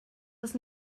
els